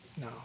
No